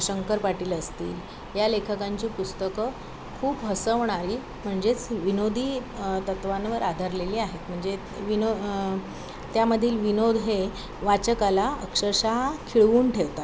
शंकर पाटील असतील या लेखकांची पुस्तकं खूप हसवणारी म्हणजेच विनोदी तत्त्वांवर आधारलेली आहेत म्हणजे विनो त्यामधील विनोद हे वाचकाला अक्षरशः खिळवून ठेवतात